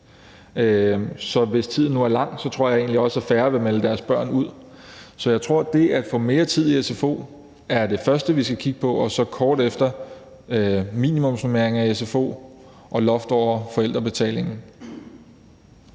Så hvis de er der i længere tid, tror jeg egentlig også, at færre vil melde deres børn ud. Så jeg tror, at det at få mere tid i sfo er det første, vi skal kigge på, og så kort derefter på minimumsnormeringer i sfo og loft over forældrebetalingen.